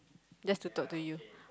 just to talk to you